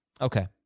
Okay